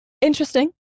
interesting